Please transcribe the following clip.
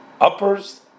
uppers